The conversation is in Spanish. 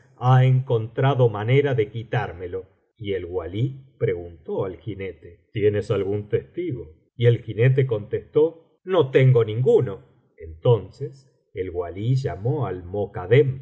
ha encontrado manera de quitármelo y el walí preguntó al jinete tienes algún testigo y el jinete contestó no tengo ninguno entonces el walí llamó al mokadem